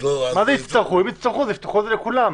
אם יצטרכו אז יפתחו את זה לכולם,